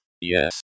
Yes